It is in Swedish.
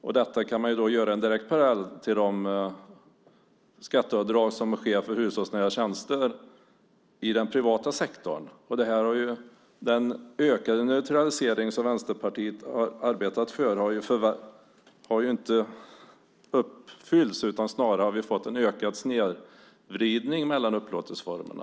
Av detta kan man dra en direkt parallell till de skatteavdrag som sker för hushållsnära tjänster i den privata sektorn. Den ökade neutralisering som Vänsterpartiet arbetat för har inte uppfyllts. Snarare har vi fått en ökad snedvridning mellan upplåtelseformerna.